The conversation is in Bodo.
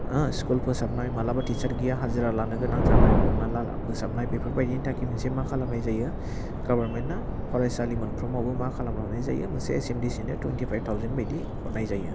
स्कुल फोसाबनाय मालाबा टिसार गैया हाजिरा लानो गोनां जानाय हमना लाह फोसाबनाय बेफोर बायदिनि थाखै मोनसे मा खालामनाय जायो गभार्नमेन्टआ फरायसालि मोनफ्रोमावबो मा खालामना हरनाय जायो मोनसे एसएमडिसिनो टुइनथिफाइभ थावजेन्ड बायदि हरनाय जायो